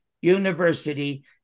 University